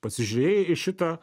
pasižiūrėjai į šitą